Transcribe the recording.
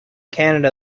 canada